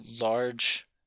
large